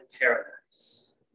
paradise